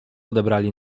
odebrali